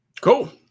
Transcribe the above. Cool